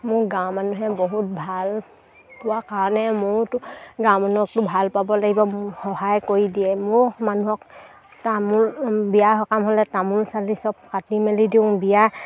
মোৰ গাঁও মানুহে বহুত ভাল পোৱা কাৰণে ময়োতো গাঁও মানুহকতো ভাল পাব লাগিব সহায় কৰি দিয়ে মোৰ মানুহক তামোল বিয়া সকাম হ'লে তামোল চালি চব কাটি মেলি দিওঁ বিয়া